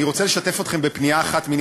אני רוצה לשתף אתכם בפנייה אחת מני